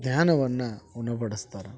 ಜ್ಞಾನವನ್ನು ಉಣಬಡಿಸ್ತಾರ